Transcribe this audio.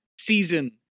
season